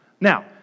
Now